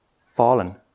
fallen